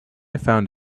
found